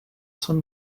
són